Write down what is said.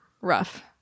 rough